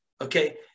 Okay